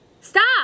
stop